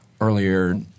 earlier